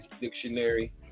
Dictionary